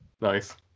Nice